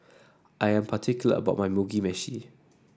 I am particular about my Mugi Meshi